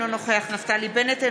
אינו נוכח נפתלי בנט,